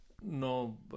No